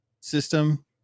system